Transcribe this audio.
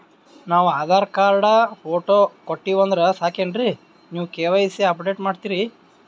ನಾವು Aadhaar card, photo ಕೊಟ್ಟೀವಂದ್ರ ಸಾಕೇನ್ರಿ ನೀವ ಕೆ.ವೈ.ಸಿ ಅಪಡೇಟ ಮಾಡ್ತೀರಿ?